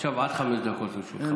עד חמש דקות לרשותך.